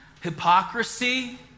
hypocrisy